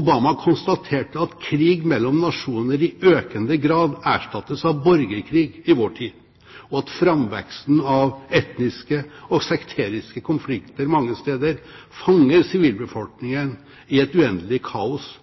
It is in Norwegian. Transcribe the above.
Obama konstaterte at krig mellom nasjoner i økende grad erstattes av borgerkrig i vår tid, og at framveksten av etniske og sekteriske konflikter mange steder fanger sivilbefolkningen i et uendelig kaos